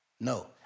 no